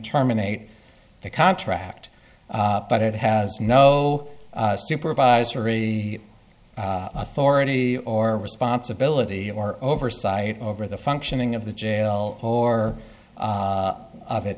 terminate the contract but it has no supervisory authority or responsibility or oversight over the functioning of the jail or of it